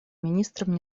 министром